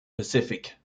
pacific